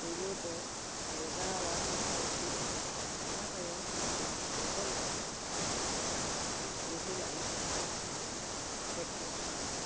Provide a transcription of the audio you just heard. ᱯᱩᱭᱞᱩ ᱫᱚ ᱟᱞᱜᱟᱣᱟᱜ ᱤᱧ ᱯᱮᱠᱴᱤᱥᱟ ᱚᱱᱟ ᱛᱟᱭᱚᱢ ᱚᱱᱟ ᱠᱚᱧ ᱥᱚᱲᱠᱚ ᱞᱮᱠᱷᱟᱱ ᱡᱩᱴᱤᱞ ᱞᱟᱜ ᱤᱧ ᱯᱮᱠᱴᱤᱥᱟ